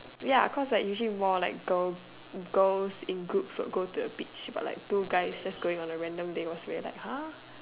ya cause like usually more like girl girls in groups will go to the beach but like two guys that's going on a random date was like !huh!